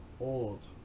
old